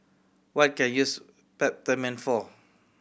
what can I use Peptamen for